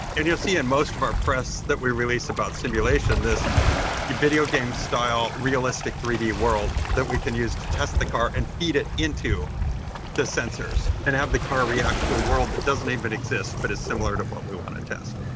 and you'll see in most of our press that we release about simulation, this video game style realistic three d world that we can use to test the car and feed it into the sed sensors and have the car react to a world that doesn't even but exist but it's similar to what we want to test.